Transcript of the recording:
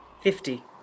Fifty